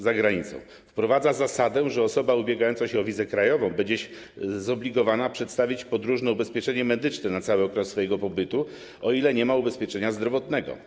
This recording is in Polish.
Ustawa wprowadza zasadę, że osoba ubiegająca się o wizę krajową będzie zobligowana do przedstawienia podróżnego ubezpieczenie medycznego na cały okres swojego pobytu, o ile nie ma ubezpieczenia zdrowotnego.